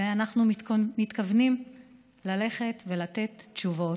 ואנחנו מתכוונים ללכת ולתת תשובות.